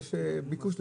יש לזה ביקוש.